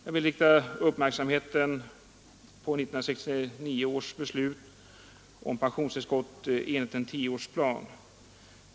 Jag vill rikta uppmärksamheten på 1969 års beslut om pensionstillskott enligt en tioårsplan.